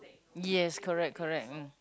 yes correct correct mm